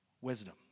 Wisdom